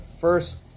first